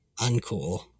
Uncool